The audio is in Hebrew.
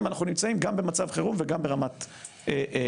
אנחנו נמצאים גם במצב חירום וגם ברמת פוטנציאל.